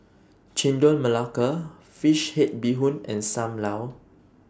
Chendol Melaka Fish Head Bee Hoon and SAM Lau